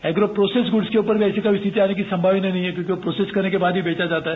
agro process goods के ऊपर भी ऐसी कोई स्थिति आने की संभावना नहीं है क्योंकि वह प्रोसेस करने के बाद बेचा जाता है